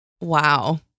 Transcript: Wow